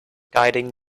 guiding